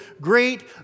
great